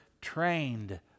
trained